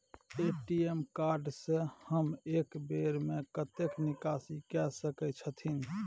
ATM card से हम एक बेर में कतेक निकासी कय सके छथिन?